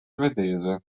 svedese